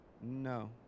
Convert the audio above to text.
no